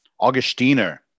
Augustiner